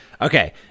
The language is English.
Okay